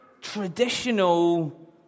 traditional